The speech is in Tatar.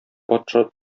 патша